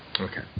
Okay